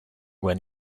when